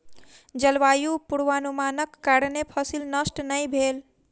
जलवायु पूर्वानुमानक कारणेँ फसिल नष्ट नै भेल